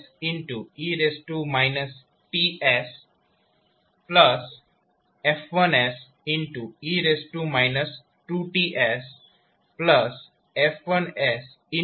FF1F1e TsF1e 2TsF1e 3Ts